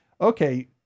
Okay